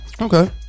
okay